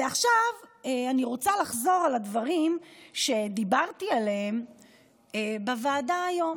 ועכשיו אני רוצה לחזור על הדברים שדיברתי עליהם בוועדה היום.